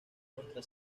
nuestra